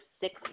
six